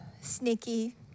sneaky